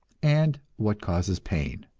and what causes pain.